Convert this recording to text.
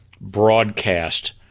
broadcast